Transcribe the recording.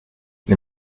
les